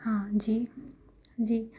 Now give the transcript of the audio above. ہاں جی جی